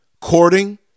courting